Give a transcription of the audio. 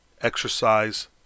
exercise